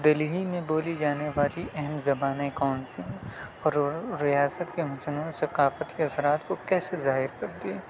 دہلی میں بولی جانے والی اہم زبانیں کون سی ہیں ریاست کے متنوع ثقافت کے اثرات کو کیسے ظاہر کرتی ہے